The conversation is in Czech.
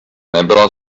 nebyla